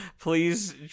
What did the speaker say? please